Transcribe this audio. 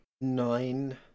nine